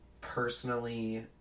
personally